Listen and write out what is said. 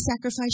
sacrifice